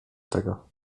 tego